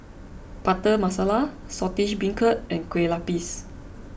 Butter Masala Saltish Beancurd and Kue Lupis